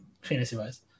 fantasy-wise